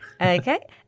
Okay